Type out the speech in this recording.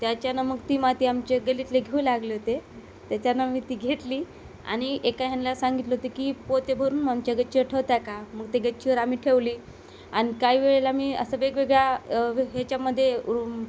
त्याच्यानं मग ती माती आमचे गल्लीतले घेऊ लागले होते त्याच्यानं मी ती घेतली आणि एका ह्यांना सांगितलं होतें की पोते भरून आमच्या गच्चीवर ठेवता का मग ते गच्चीवर आम्ही ठेवली आणि काही वेळेला मी असं वेगवेगळ्या ह्याच्यामध्ये